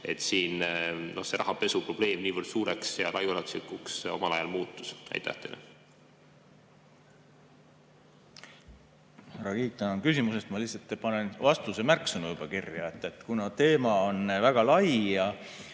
et siin rahapesu probleem niivõrd suureks ja laiaulatuslikuks omal ajal muutus? Härra Kiik, tänan küsimuse eest! Ma lihtsalt panen vastuse märksõnu juba kirja, kuna teema on väga lai ja,